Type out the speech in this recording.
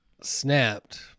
snapped